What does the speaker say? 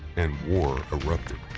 and war erupted.